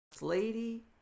Lady